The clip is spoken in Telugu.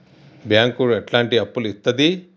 బ్యాంకులు ఎట్లాంటి అప్పులు ఇత్తది?